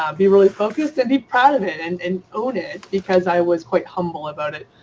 ah be really focused and be proud of it and and own it because i was quite humble about it.